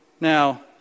Now